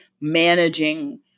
managing